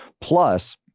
Plus